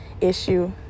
issue